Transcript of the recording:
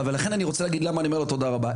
ולכן אני רוצה להגיד למה אני אומר לו תודה רבה,